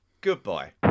Goodbye